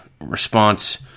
response